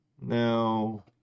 now